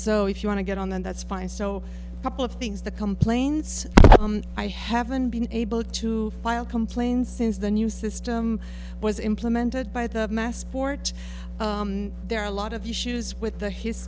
so if you want to get on then that's fine so a couple of things the complaints i haven't been able to file complain since the new system was implemented by the massport there are a lot of issues with the his